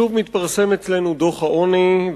שוב מתפרסם אצלנו דוח העוני,